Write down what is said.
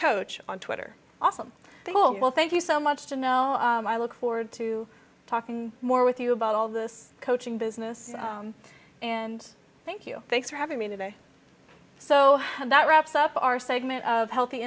coach on twitter awesome home well thank you so much to know i look forward to talking more with you about all this coaching business and thank you thanks for having me today so that wraps up our segment of healthy